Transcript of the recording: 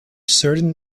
certain